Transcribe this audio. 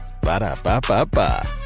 Ba-da-ba-ba-ba